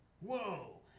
Whoa